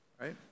right